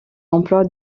emploie